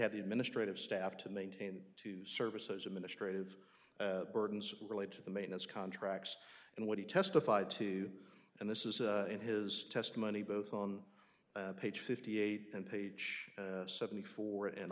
have the administrative staff to maintain two services administrative burdens relate to the maintenance contracts and what he testified to and this is in his testimony both on page fifty eight and page seventy four and